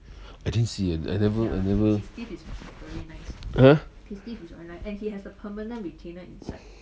I didn't see eh I never I never ah